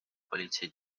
politsei